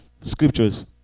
scriptures